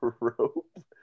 Rope